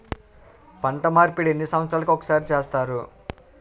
పంట మార్పిడి ఎన్ని సంవత్సరాలకి ఒక్కసారి చేస్తారు?